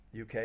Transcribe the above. UK